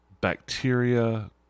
bacteria